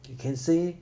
you can say